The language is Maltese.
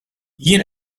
jien